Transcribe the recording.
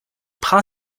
prend